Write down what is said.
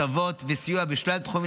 הטבות וסיוע בשלל תחומים,